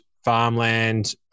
Farmland